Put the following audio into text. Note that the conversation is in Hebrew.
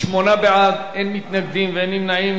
תעסוקה לאנשים עם מוגבלות),